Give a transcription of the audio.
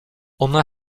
ona